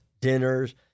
dinners